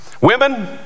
women